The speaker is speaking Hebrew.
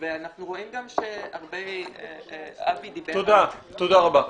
ואנחנו רואים גם שהרבה --- תודה רבה.